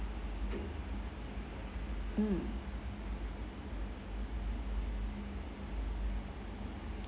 mm